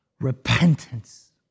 Repentance